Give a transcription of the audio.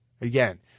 Again